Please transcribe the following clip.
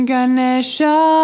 Ganesha